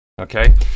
Okay